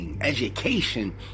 education